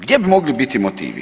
Gdje bi mogli biti motivi?